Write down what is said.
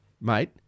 mate